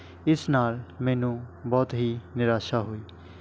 ਇਸ ਨਾਲ ਮੈਨੂੰ ਬਹੁਤ ਹੀ ਨਿਰਾਸ਼ਾ ਹੋਈ